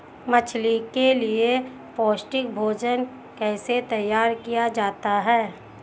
मछली के लिए पौष्टिक भोजन कैसे तैयार किया जाता है?